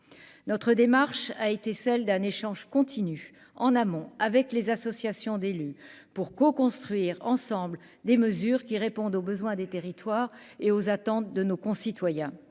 notre démarche a été celle d'un échange continu en amont avec les associations d'élus pour co-construire ensemble des mesures qui répondent aux besoins des territoires et aux attentes de nos concitoyens,